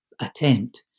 attempt